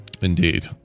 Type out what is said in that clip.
Indeed